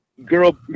Girl